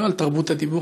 לא על תרבות הדיבור,